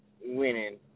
winning